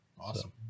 awesome